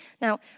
Now